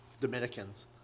Dominicans